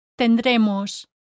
tendremos